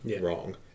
wrong